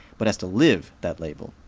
but has to live that label,